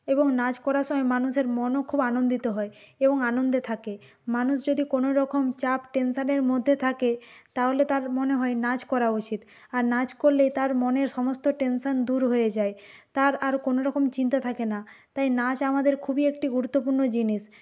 এবং নাচ করার সময় মানুষের মনও খুব আনন্দিত হয় এবং আনন্দে থাকে মানুষ যদি কোনো রকম চাপ টেনশনের মধ্যে থাকে তাহলে তার মনে হয় নাচ করা উচিত আর নাচ করলেই তার মনের সমস্ত টেনশন দূর হয়ে যায় তার আর কোনোরকম চিন্তা থাকে না তাই নাচ আমাদের খুবই একটি গুরুত্বপূর্ণ জিনিস